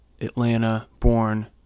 Atlanta-born